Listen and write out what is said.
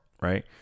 right